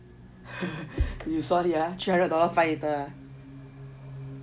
你 solid ah three hundred dollar fine later ah